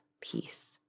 peace